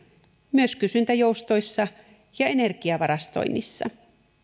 myös kysyntäjoustoissa ja energiavarastoinnissa